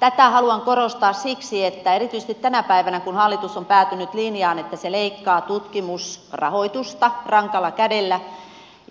tätä haluan korostaa siksi että erityisesti tänä päivänä kun hallitus on päätynyt linjaan että se leikkaa tutkimusrahoitusta rankalla kädellä